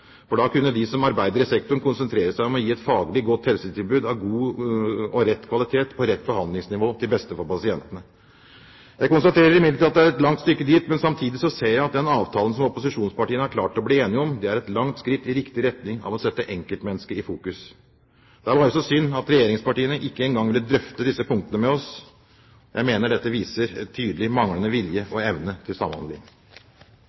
Da kunne de som arbeider i sektoren, konsentrere seg om å gi et faglig godt helsetilbud av god og rett kvalitet på rett behandlingsnivå til beste for pasientene. Jeg konstaterer imidlertid at det er et langt stykke dit, men samtidig ser jeg at den avtalen som opposisjonspartiene har klart å bli enige om, er et langt skritt i riktig retning av å sette enkeltmennesket i fokus. Det er bare så synd at regjeringspartiene ikke engang vil drøfte disse punktene med oss. Jeg mener dette viser en tydelig manglende vilje